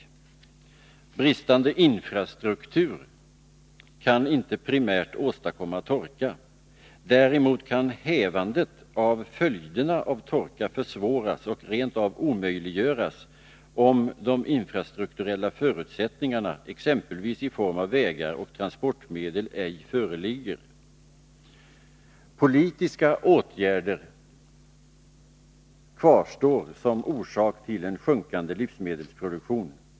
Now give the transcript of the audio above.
Bristande infrastruktur kan inte primärt åstadkomma torka. Däremot kan hävandet av följderna av torka försvåras och rent av omöjliggöras om de infrastrukturella förutsättningarna, exempelvis i form av vägar och transportmedel, ej föreligger. Politiska åtgärder kvarstår som orsak till en sjunkande livsmedelsproduktion.